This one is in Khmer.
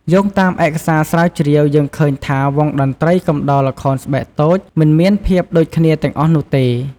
យោងតាមឯកសារស្រាវជ្រាវ យើងឃើញថាវង់តន្ត្រីកំដរល្ខោនស្បែកតូច មិនមានភាពដូចគ្នាទាំងអស់នោះទេ ។